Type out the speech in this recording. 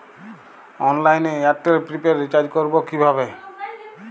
অনলাইনে এয়ারটেলে prepaid recharge করবো কিভাবে?